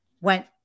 went